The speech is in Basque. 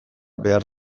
behar